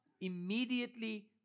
immediately